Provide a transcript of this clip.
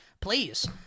Please